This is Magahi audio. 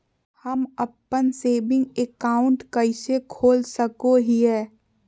हम अप्पन सेविंग अकाउंट कइसे खोल सको हियै?